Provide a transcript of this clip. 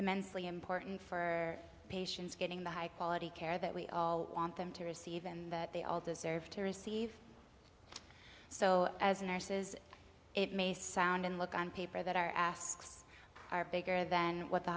immensely important for patients getting the high quality care that we all want them to receive and that they all deserve to receive so as nurses it may sound and look on paper that our asks are bigger than what the